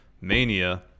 mania